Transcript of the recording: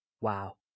Wow